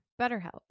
BetterHelp